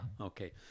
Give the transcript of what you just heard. okay